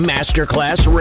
Masterclass